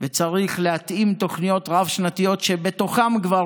וצריך להתאים תוכניות רב-שנתיות שבתוכן כבר